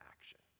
action